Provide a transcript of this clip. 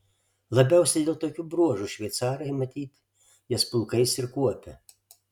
labiausiai dėl tokių bruožų šveicarai matyt jas pulkais ir kuopia